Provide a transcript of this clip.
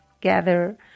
gather